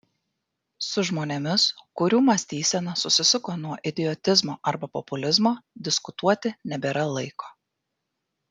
su žmonėmis kurių mąstysena susisuko nuo idiotizmo arba populizmo diskutuoti nebėra laiko